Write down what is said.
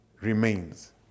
remains